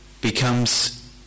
becomes